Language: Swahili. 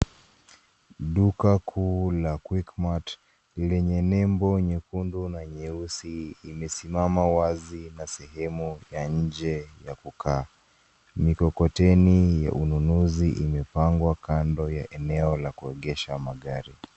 Duka kuu la Quickmart lenye nembo nyekundu na nyeusi imesimama wazi na sehemu ya nje ya kukaa. Mikokoteni ya ununuzi imepangwa kando ya eneo la kuegesha magari.